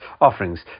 offerings